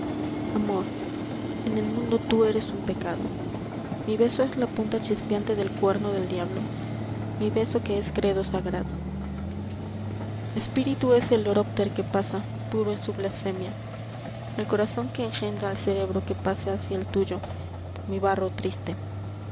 amor en el mundo tú eres un pecado mi beso es la punta chispeante del cuerno del diablo mi beso que es credo sagrado espíritu es el horópter que pasa puro en su blasfemia el corazón que engendra al cerebrc que pasa hacia el tuyo por mi barro triste